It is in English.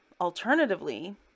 alternatively